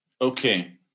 Okay